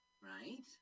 Right